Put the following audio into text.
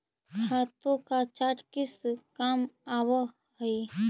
खातों का चार्ट किस काम आवअ हई